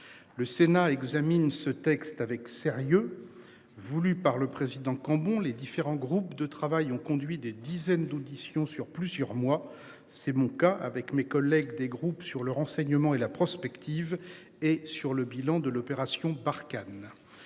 Le sénat examine ce texte avec sérieux. Voulue par le président Cambon les différents groupes de travail ont conduit des dizaines d'auditions sur plusieurs moi c'est mon cas, avec mes collègues des groupes sur le renseignement et la prospective et sur le bilan de l'opération Barkhane.